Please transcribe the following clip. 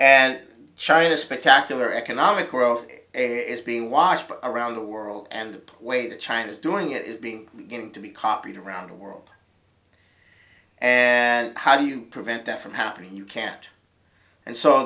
and china spectacular economic growth is being watched around the world and the poor way to china's doing it is being going to be copied around the world and how do you prevent that from happening you can't and saw